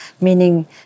meaning